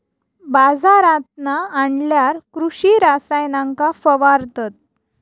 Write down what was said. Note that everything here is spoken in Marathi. बाजारांतना आणल्यार कृषि रसायनांका फवारतत